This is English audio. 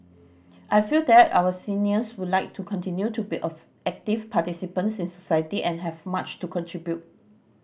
I feel that our seniors would like to continue to be of active participants in society and have much to contribute